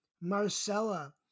Marcella